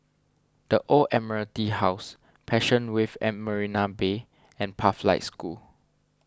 the Old Admiralty House Passion Wave at Marina Bay and Pathlight School